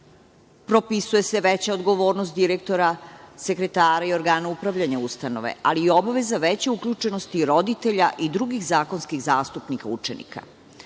Propisuje se veća odgovornost direktora, sekretara i organa upravljanja ustanove, ali i obaveza veće uključenosti roditelja i drugih zakonskih zastupnika učenika. Stvara